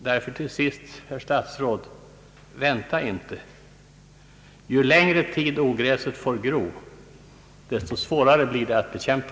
Därför till sist, herr statsråd: Vänta inte! Ju längre tid ogräset får gro, desto svårare blir det att bekämpa.